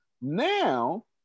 Now